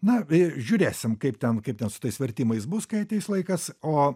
na žiūrėsim kaip ten kaip ten su tais vertimais bus kai ateis laikas o